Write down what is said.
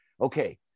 okay